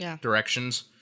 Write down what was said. directions